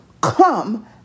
come